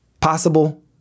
Possible